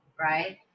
right